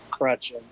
crutching